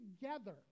together